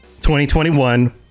2021